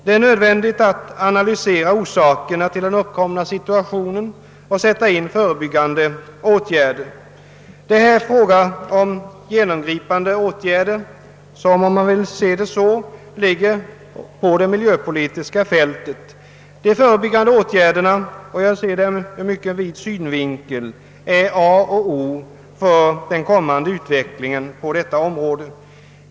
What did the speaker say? Det är nödvändigt att analysera orsakerna till den uppkomna situationen och sätta in förebyggande åtgärder. Det är här fråga om genomgripande åtgärder som, om man vill se det så, ligger på det miljöpolitiska planet. De förebyggande åtgärderna — och jag ser dem ur en mycket vid synvinkel — är A och O för den kommande utvecklingen på detta område.